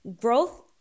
growth